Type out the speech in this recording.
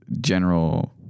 general